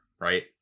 right